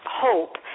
hope